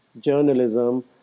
journalism